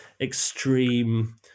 extreme